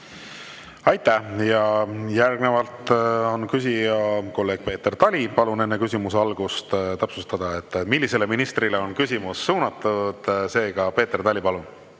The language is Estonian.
Aitäh! Järgnevalt on küsija kolleeg Peeter Tali. Palun enne küsimuse algust täpsustada, millisele ministrile on küsimus suunatud. Peeter Tali, palun!